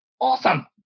Awesome